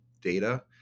data